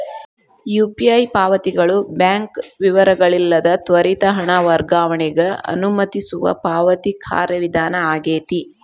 UPI ಪಾವತಿಗಳು bank ವಿವರಗಳಿಲ್ಲದ ತ್ವರಿತ ಹಣ ವರ್ಗಾವಣೆಗ ಅನುಮತಿಸುವ ಪಾವತಿ ಕಾರ್ಯವಿಧಾನ ಆಗೆತಿ